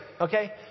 okay